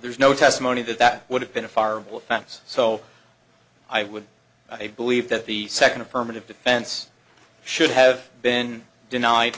there's no testimony that that would have been a far so i would believe that the second affirmative defense should have been denied